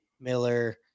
Miller